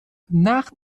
nach